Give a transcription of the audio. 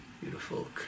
Beautiful